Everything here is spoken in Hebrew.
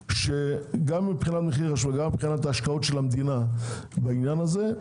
שגם מבחינת מחיר וגם מבחינת השקעות המדינה בעניין הזה,